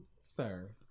sir